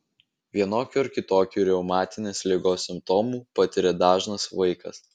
vienokių ar kitokių reumatinės ligos simptomų patiria dažnas vaikas